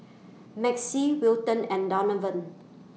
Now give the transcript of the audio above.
Maxie Wilton and Donavan